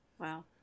Wow